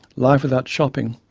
life without shopping,